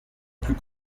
plus